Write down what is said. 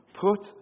Put